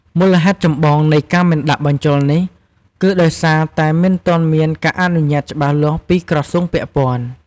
មូលហេតុចម្បងនៃការមិនដាក់បញ្ចូលនេះ គឺដោយសារតែមិនទាន់មានការអនុញ្ញាតច្បាស់លាស់ពីក្រសួងពាក់ព័ន្ធ។